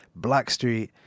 Blackstreet